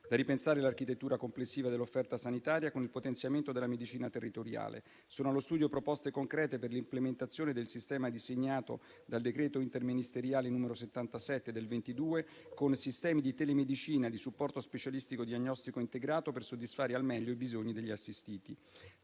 da ripensare l'architettura complessiva dell'offerta sanitaria, con il potenziamento della medicina territoriale. Sono allo studio proposte concrete per l'implementazione del sistema disegnato dal decreto interministeriale n. 77 del 2022, con sistemi di telemedicina e di supporto specialistico-diagnostico integrato, per soddisfare al meglio i bisogni degli assistiti,